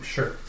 Sure